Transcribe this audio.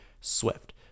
Swift